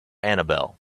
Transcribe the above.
annabelle